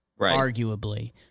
arguably